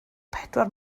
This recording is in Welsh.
pedwar